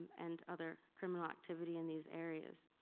and other criminal activity in these areas.